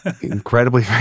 incredibly